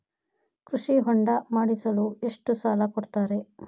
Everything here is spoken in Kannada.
ಕೃಷಿ ಹೊಂಡ ಮಾಡಿಸಲು ಎಷ್ಟು ಸಾಲ ಕೊಡ್ತಾರೆ?